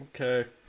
Okay